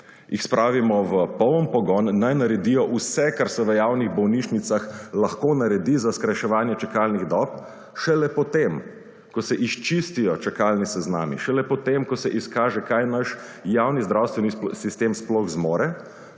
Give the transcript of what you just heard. jih spravimo v polen pogon, naj naredijo vse kar se v javnih bolnišnicah lahko naredi za skrajševanje čakalnih dob, šele potem, ko se izčistijo čakalni seznami, šele potem, ko se izkaže kaj naš javni zdravstveni sistem sploh zmore,